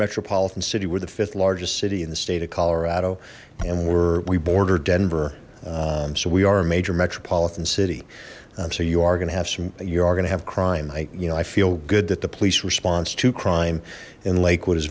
metropolitan city we're the fifth largest city in the state of colorado and we're we border denver so we are a major metropolitan city so you are gonna have some you are gonna have crime i you know i feel good that the police response to crime in lakewood is